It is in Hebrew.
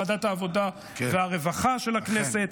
ועדת העבודה והרווחה של הכנסת,